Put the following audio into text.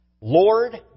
Lord